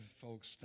folks